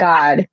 God